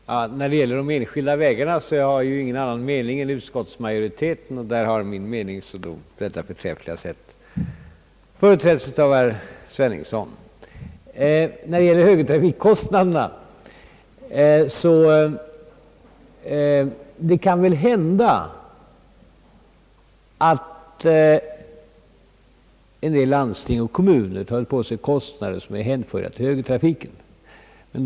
Herr talman! När det gäller de enskilda vägarna har jag ingen annan mening än utskottsmajoriteten, och min mening har i den delen på ett förträffligt sätt företrätts av herr Sveningsson. Vad beträffar högertrafikkostnaderna kan det hända att en del landsting och kommuner har tagit på sig kostnader, som är att hänföra till högertrafiken.